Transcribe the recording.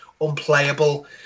unplayable